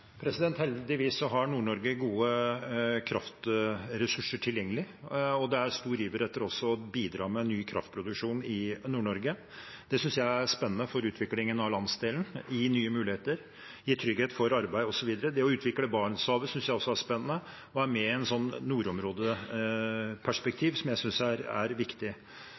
har Nord-Norge gode kraftressurser tilgjengelig. Det er også stor iver etter å bidra med ny kraftproduksjon i Nord-Norge. Det synes jeg er spennende for utviklingen av landsdelen – det gir nye muligheter, det gir trygghet for arbeid, osv. Det å utvikle Barentshavet synes jeg også er spennende. Det er med i et nordområdeperspektiv som jeg synes er viktig.